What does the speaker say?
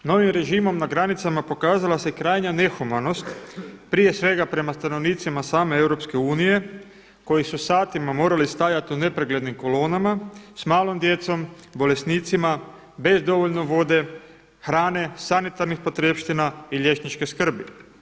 Novim režimom na granicama pokazala se krajnja nehumanost prije svega prema stanovnicima same EU koji su satima morali stajati u nepreglednim kolonama, s malom djecom, bolesnicima, bez dovoljno vode, hrane, sanitarnih potrepština i liječničke skrbi.